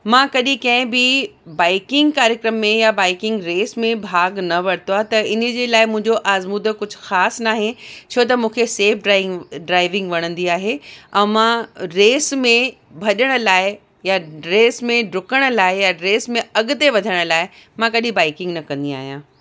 मां कॾहिं कंहिं बि बाइकिंग कार्यक्रम में या बाइकिंग रेस में भाॻु न वरितो आहे त इन जे लाइ मुंहिंजो आज़मूदो कुझु ख़ासि नाहे छो त मूंखे सेफ़ ड्राइविंग ड्राइविंग वणंदी आहे ऐं मां रेस में भॼण लाइ या रेस में ॾुकण लाइ या रेस में अॻिते वधण लाइ मां कॾहिं बाइकिंग न कंदी आहियां